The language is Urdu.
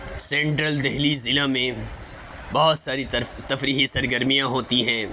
سینٹرل دہلی ضلع میں بہت ساری تفریحی سرگرمیاں ہوتی ہیں